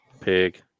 Pig